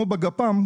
כמו בגפ"מ,